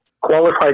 qualified